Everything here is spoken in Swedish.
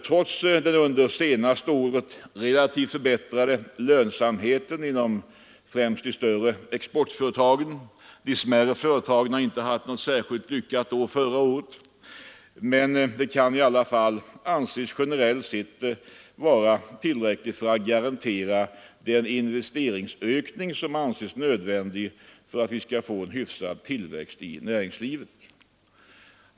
Trots den under det senaste året relativt förbättrade lönsamheten inom främst de större importföretagen — de smärre företagen har inte haft något särskilt gynnsamt år 1973 — kan den generellt sett inte anses vara tillräcklig för att garantera den investeringsökning som är nödvändig för att tillväxten i den svenska ekonomin skall bli tillfredsställande.